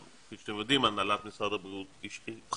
גם כפי שאתם יודעים, הנהלת משרד הבריאות התחלפה,